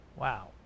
Wow